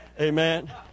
Amen